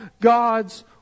God's